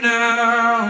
now